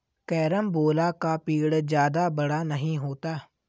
carambola का पेड़ जादा बड़ा नहीं होता